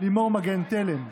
לימור מגן תלם,